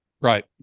right